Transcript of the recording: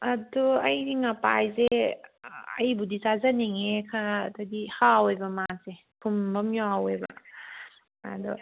ꯑꯗꯣ ꯑꯩꯗꯤ ꯉꯄꯥꯏꯖꯦ ꯑꯩꯕꯨꯗꯤ ꯆꯥꯖꯅꯤꯡꯉꯦ ꯈꯔ ꯑꯗꯒꯤ ꯍꯥꯎꯋꯦꯕ ꯃꯥꯁꯦ ꯊꯨꯝꯕ ꯑꯃ ꯌꯥꯎꯋꯦꯕ ꯑꯗꯣ